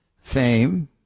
fame